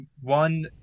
one